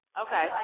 Okay